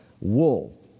wool